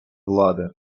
влади